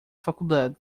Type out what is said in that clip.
faculdade